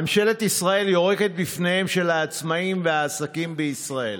ממשלת ישראל יורקת בפניהם של העצמאים והעסקים בישראל.